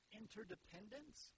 interdependence